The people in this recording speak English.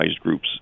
groups